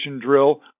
drill